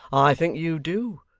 i think you do.